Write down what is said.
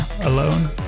alone